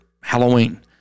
Halloween